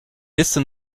liste